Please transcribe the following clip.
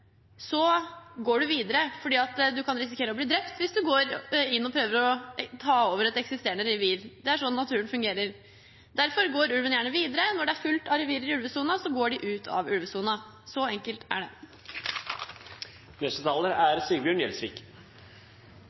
går han videre fordi han kan risikere å bli drept hvis han går inn og prøver å ta over et eksisterende revir. Det er sånn naturen fungerer. Derfor går ulven gjerne videre. Når det er fullt av revirer i ulvesonen, går den ut av ulvesonen. Så enkelt er det. Representanten Sigbjørn Gjelsvik